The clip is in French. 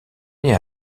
née